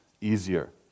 easier